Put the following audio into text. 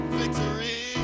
victory